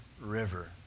River